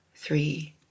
three